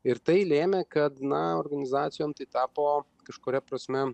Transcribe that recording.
ir tai lėmė kad na organizacijom tai tapo kažkuria prasme